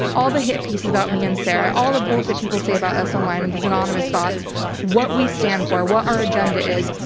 all the hit pieces about me and sarah, all the bullshit people say about us online and these anonymous bots what we stand for, what our agenda is,